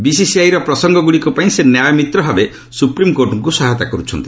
ବିସିଆଇର ପ୍ରସଙ୍ଗଗୁଡ଼ିକ ପାଇଁ ସେ ନ୍ୟାୟ ମିତ୍ର ଭାବେ ସୁପ୍ରିମ୍କୋର୍ଟଙ୍କୁ ସହାୟତା କରୁଛନ୍ତି